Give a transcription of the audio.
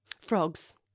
Frogs